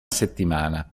settimana